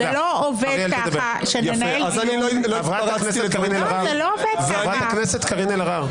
זה לא עובד ככה שננהל דיון --- חברת הכנסת קארין אלהרר.